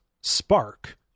spark